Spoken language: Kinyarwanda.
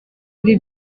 ibi